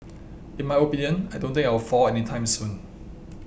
in my opinion I don't think I will fall any time soon